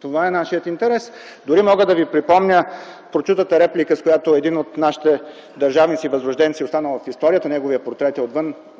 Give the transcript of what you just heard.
Това е нашият интерес. Дори мога да Ви припомня прочутата реплика, с която един от нашите държавници възрожденци, останал в историята, неговият портрет е отвън –